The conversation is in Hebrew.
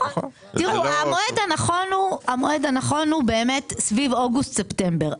המועד הנכון הוא באמת סביב אוגוסט ספטמבר,